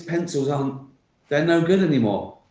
pencils, um they're not good anymore?